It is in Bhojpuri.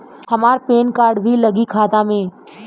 हमार पेन कार्ड भी लगी खाता में?